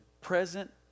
present